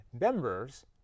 members